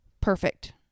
perfect